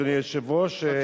אדוני היושב-ראש,